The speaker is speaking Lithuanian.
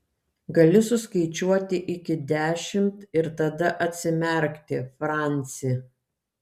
gali suskaičiuoti iki dešimt ir tada atsimerkti franci